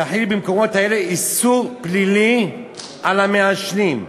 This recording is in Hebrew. תחיל במקומות אלה איסור פלילי על המעשנים".